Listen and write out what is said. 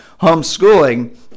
homeschooling